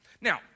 Now